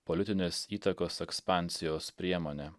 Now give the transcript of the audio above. politinės įtakos ekspansijos priemone